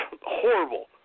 horrible